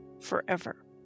forever